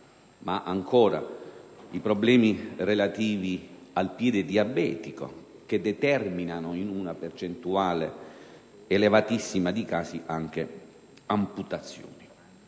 dimentichiamo i problemi relativi al piede diabetico, che determinano, in una percentuale elevatissima di casi, anche amputazioni.